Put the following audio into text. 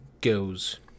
goes